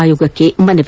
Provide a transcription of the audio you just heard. ಆಯೋಗಕ್ಕೆ ಮನವಿ